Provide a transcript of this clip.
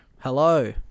Hello